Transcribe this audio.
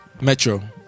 Metro